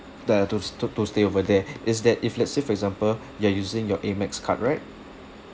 uh to s~ to to stay over there is that if let's say for example you're using your amex card right